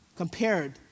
compared